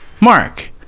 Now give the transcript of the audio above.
Mark